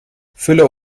füller